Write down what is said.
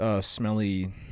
Smelly